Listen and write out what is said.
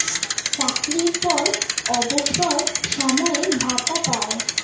চাকরির পর অবসর সময়ে ভাতা পায়